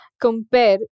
compare